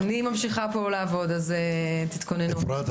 אפרת,